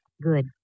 Good